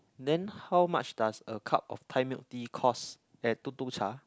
then how much does a cup of Thai milk tea cost at Tuk-Tuk-Cha